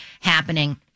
happening